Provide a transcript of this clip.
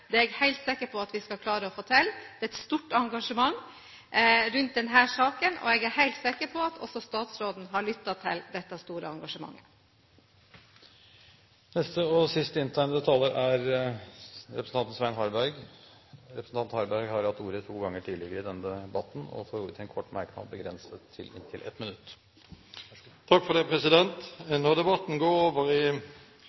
Det er jeg helt sikker på at vi skal klare å få til. Det er et stort engasjement rundt denne saken, og jeg er helt sikker på at også statsråden har lyttet til dette store engasjementet. Svein Harberg har hatt ordet to ganger tidligere og får ordet til en kort merknad, begrenset til 1 minutt. Når debatten går over i hva som har vært gjort før, og hvem som ikke har gjort noe for